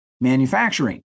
manufacturing